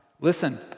Listen